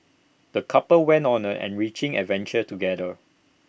the couple went on an enriching adventure together